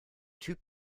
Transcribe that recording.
typ